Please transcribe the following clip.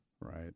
right